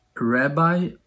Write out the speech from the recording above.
rabbi